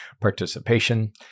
participation